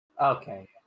Okay